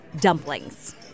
dumplings